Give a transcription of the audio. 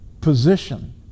position